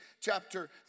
chapter